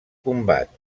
combat